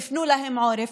הפנו להם עורף,